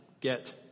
get